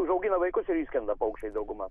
užaugina vaikus ir išskrenda paukščiai dauguma